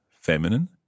feminine